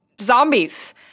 zombies